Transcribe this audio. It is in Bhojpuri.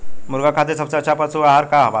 मुर्गा खातिर सबसे अच्छा का पशु आहार बा?